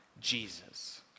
Jesus